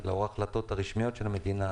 ולאור ההחלטות הרשמיות של המדינה,